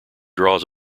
draws